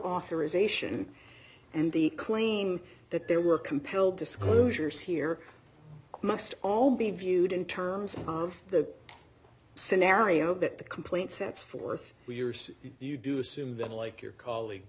authorization and the claim that there were compelled disclosures here must all be viewed in terms of the scenario that the complaint sets forth weir's you do assume that like your colleague